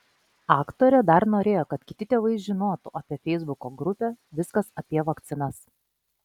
aktorė dar norėjo kad kiti tėvai žinotų apie feisbuko grupę viskas apie vakcinas